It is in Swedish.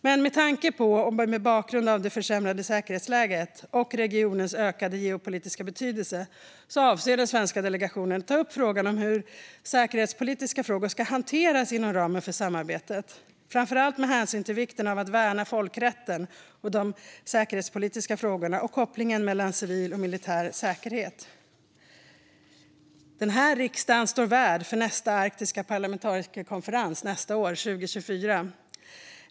Men mot bakgrund av det försämrade säkerhetsläget och regionens ökade geopolitiska betydelse avser dock den svenska delegationen att ta upp frågan om hur säkerhetspolitiska frågor ska hanteras inom ramen för samarbetet, framför allt med hänsyn till vikten av att värna folkrätten och de säkerhetspolitiska frågorna och kopplingen mellan civil och militär säkerhet. Riksdagen står värd för nästa arktiska parlamentarikerkonferens som hålls nästa år, 2024.